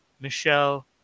Michelle